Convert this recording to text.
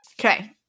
Okay